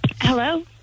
Hello